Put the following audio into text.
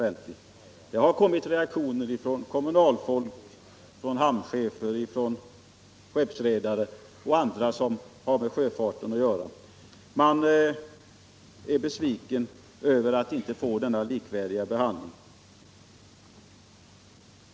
Reaktioner har kommit från kommunalfolk, hamncehefer, skeppsredare och andra som har med sjöfarten att göra. Man är besviken över att inte få denna likvärdiga behandling.